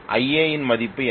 Ia இன் மதிப்பு என்ன